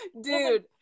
Dude